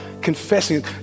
confessing